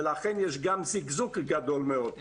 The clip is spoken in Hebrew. ולכן יש גם זיגזוג גדול מאוד.